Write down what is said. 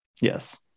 Yes